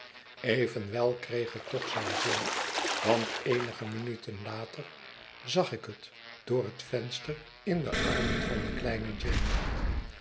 evenwel kreeg het'toch zijn zin want eenige minuten later zag ik het door het venster in de armen van kleine jeane